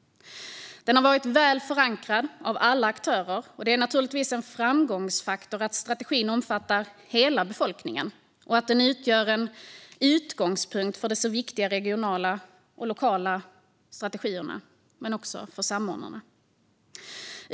Den har varit väl förankrad hos alla aktörer. Det är naturligtvis en framgångsfaktor att strategin omfattar hela befolkningen och att den utgör en utgångspunkt för de så viktiga regionala och lokala strategierna och samordnarna.